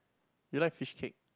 you like fish cake